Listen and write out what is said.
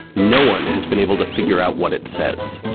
no one has been able to figure out what it says.